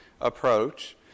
approach